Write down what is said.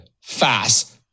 Fast